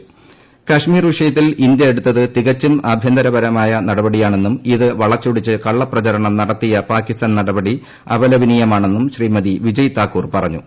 ക്ശ്മീർ വിഷയത്തിൽ ഇന്ത്യ എടുത്തത് തികച്ചും ആഭ്യന്തരമായി ന്ടപടിയാണെന്നും ഇത് വളച്ചൊടിച്ച് കള്ളപ്രചാരണം നടത്തിയ പാകിസ്ത്ഥാൻ നടപടി അപലപനീയമാണെന്നും ശ്രീമതി വിജയ് താക്കൂർ പറഞ്ഞു